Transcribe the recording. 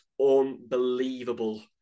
unbelievable